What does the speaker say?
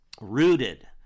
rooted